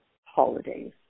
holidays